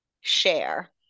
share